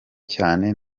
cyane